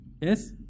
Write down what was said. Yes